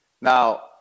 Now